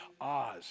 Oz